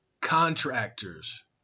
contractors